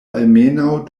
almenaŭ